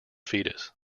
fetus